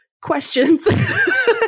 questions